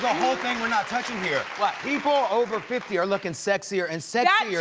whole thing we're not touching here, but people over fifty are looking sexier and sexier